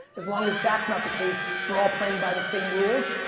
as long as that's not the case, we're all playing by the same rules.